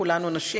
כולנו נשים,